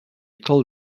told